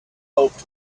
hoped